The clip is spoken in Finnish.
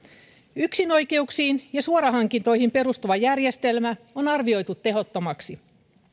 yksinoikeuksiin ja suorahankintoihin perustuva järjestelmä on arvioitu tehottomaksi